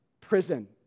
prison